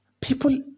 People